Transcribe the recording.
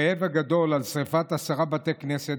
והכאב הגדול על שרפת עשרה בתי כנסת,